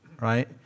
right